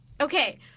Okay